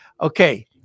Okay